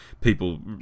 people